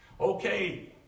Okay